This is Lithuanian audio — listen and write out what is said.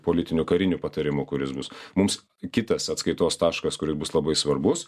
politiniu kariniu patarimu kuris bus mums kitas atskaitos taškas kuris bus labai svarbus